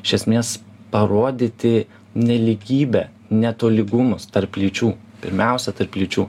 iš esmės parodyti nelygybę netolygumus tarp lyčių pirmiausia tarp lyčių